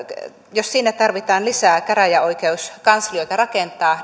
jos kuopioon tarvitsee lisää käräjäoikeuskanslioita rakentaa